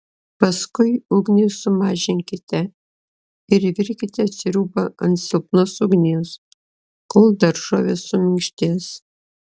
paskui ugnį sumažinkite ir virkite sriubą ant silpnos ugnies kol daržovės suminkštės